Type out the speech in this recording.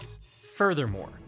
Furthermore